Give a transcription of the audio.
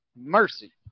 Mercy